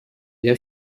для